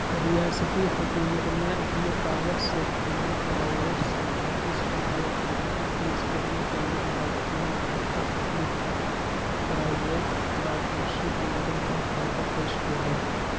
ریاستی حکومت نے اپنے پاور سیکٹر میں پرائیویٹ سیکٹر کی سرمایہ کاری کو تیز کرنے کے لیے لاگت میں مشترکہ پبلک پرائیویٹ پارٹنرشپ ماڈل کا خاکہ پیش کیا ہے